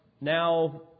now